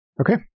Okay